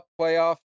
playoff